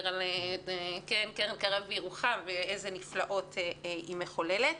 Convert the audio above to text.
על קרן קרב בירוחם ואילו נפלאות היא מחוללת.